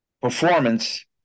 performance